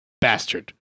bastard